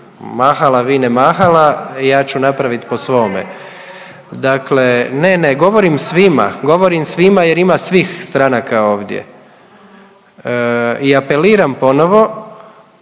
Mahala vi ne mahala ja ću napraviti po svome. Dakle, …/Upadica se ne razumije./… ne, ne govorim svima, govorim svima jer ima svih stranaka ovdje i apeliram ponovo